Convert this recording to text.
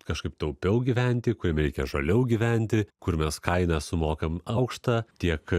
kažkaip taupiau gyventi kuriame reikia žaliau gyventi kur mes kainą sumokam aukštą tiek